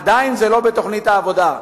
זה עדיין לא בתוכנית העבודה.